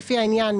לפי העניין,